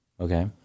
Okay